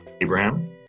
Abraham